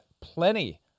plenty